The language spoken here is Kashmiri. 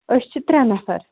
أسۍ چھِ ترٛےٚ نَفر